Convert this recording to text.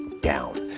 down